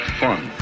fun